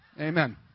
Amen